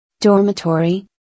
Dormitory